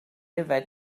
yfed